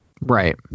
Right